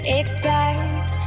expect